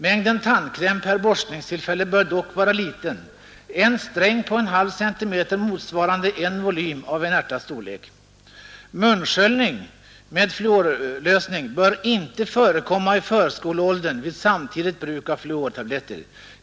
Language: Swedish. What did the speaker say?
Mängden tandkräm per borstningstillfälle bör dock vara liten — en sträng på ca 1/2 cm motsvarande en volym av en ärtas storlek. Munsköljning med fluorlösning bör inte förekomma i förskoleåldern vid samtidigt bruk av fluortabletter.